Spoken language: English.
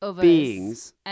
beings